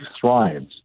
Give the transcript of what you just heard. thrives